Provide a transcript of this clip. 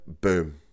boom